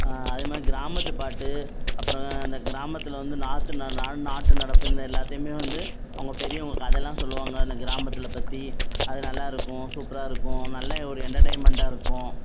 அது மாதிரி கிராமத்து பாட்டு அப்புறோம் அந்த கிராமத்தில் வந்து நாற்று ந நா நாட்டு நடப்பு இந்த எல்லாத்தையுமே வந்து அவங்க பெரியவுங்க கதைலாம் சொல்லுவாங்க அந்த கிராமத்தில் பற்றி அது நல்லாயிருக்கும் சூப்பராக இருக்கும் நல்ல ஒரு எண்டர்டெயின்மெண்டாக இருக்கும்